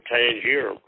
Tangier